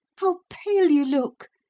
how pale you look!